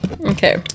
okay